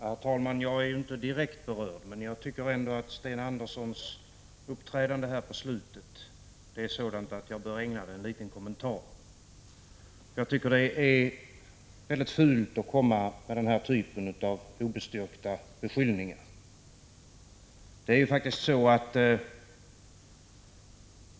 Herr talman! Jag är ju inte direkt berörd, men jag vill ändå göra en liten kommentar till Sten Anderssons i Malmö uppträdande här i slutet av debatten. Jag tycker det är fult att göra den här typen av obestyrkta beskyllningar.